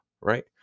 right